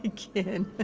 kin.